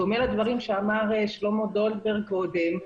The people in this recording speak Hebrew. בדומה לדברים שאמר שלמה דולברג קודם,